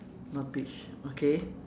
not beach okay